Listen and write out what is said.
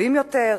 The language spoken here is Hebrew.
טובים יותר,